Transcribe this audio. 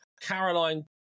caroline